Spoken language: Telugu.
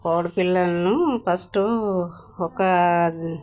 కోడి పిల్లలను ఫస్ట్ ఒక